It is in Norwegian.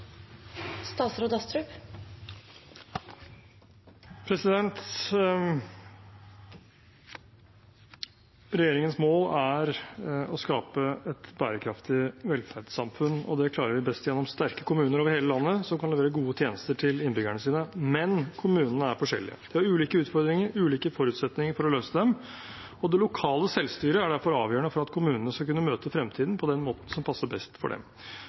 å skape et bærekraftig velferdssamfunn, og det klarer vi best gjennom sterke kommuner over hele landet som kan levere gode tjenester til innbyggerne sine. Men kommunene er forskjellige. Det er ulike utfordringer og ulike forutsetninger for å løse dem. Det lokale selvstyret er derfor avgjørende for at kommunene skal kunne møte fremtiden på den måten som passer best for dem.